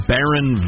Baron